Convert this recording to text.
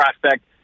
prospect